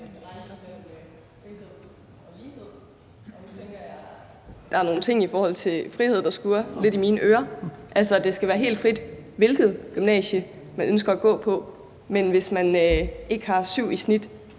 der er nogle ting i forhold til frihed, der skurrer i mine ører, altså det, at det skal være helt frit, hvilket gymnasium man ønsker at gå på, men hvis man ikke har 7 i snit,